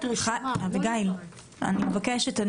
אביגיל, אני מבקשת.